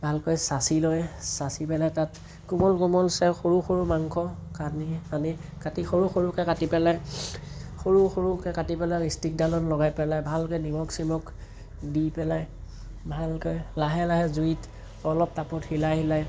ভালকৈ চাঁচি লৈ চাঁচি পেলাই তাত কোমল কোমল চাই সৰু সৰু মাংস কাটি সৰু সৰুকৈ কাটি পেলাই সৰু সৰুকৈ কাটি পেলাই ষ্টিকডালত লগাই পেলাই ভালকৈ নিমখ চিমখ দি পেলাই ভালকৈ লাহে লাহে জুইত অলপ তাপত হিলাই হিলাই